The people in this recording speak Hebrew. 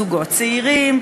זוגות צעירים,